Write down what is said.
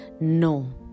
No